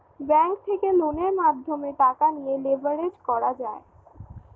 bank থেকে লোনের মাধ্যমে টাকা নিয়ে লেভারেজ করা যায়